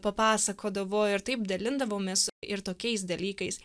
papasakodavo ir taip dalindavomės ir tokiais dalykais